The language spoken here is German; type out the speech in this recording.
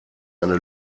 eine